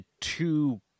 two